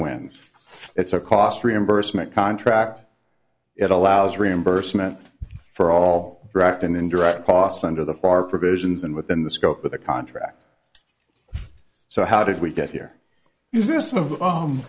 wins it's a cost reimbursement contract it allows reimbursement for all direct and indirect costs under the far provisions and within the scope of the contract so how did we get here is this